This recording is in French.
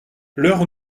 l’heure